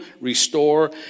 restore